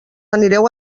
anireu